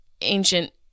ancient